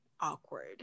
awkward